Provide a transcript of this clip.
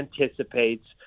anticipates